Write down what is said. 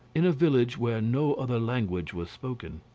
in a village where no other language was spoken.